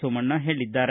ಸೋಮಣ್ಣ ಹೇಳಿದ್ದಾರೆ